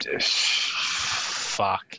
Fuck